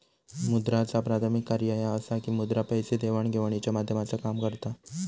मुद्राचा प्राथमिक कार्य ह्या असा की मुद्रा पैसे देवाण घेवाणीच्या माध्यमाचा काम करता